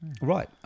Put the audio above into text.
Right